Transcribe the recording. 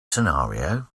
scenario